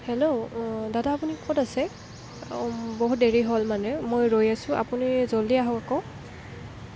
hello দাদা আপুনি ক'ত আছে বহুত দেৰি হ'ল মানে মই ৰৈ আছোঁ আপুনি জল্দি আহক আকৌ